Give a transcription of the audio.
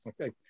Okay